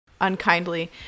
unkindly